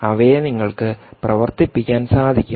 അവയെ നിങ്ങൾക്ക് പ്രവർത്തിപ്പിക്കാൻ സാധിക്കും